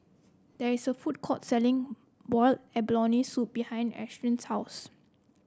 there is a food court selling Boiled Abalone Soup behind Ashlyn's house